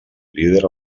líder